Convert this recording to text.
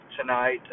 tonight